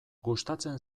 gustatzen